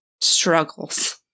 struggles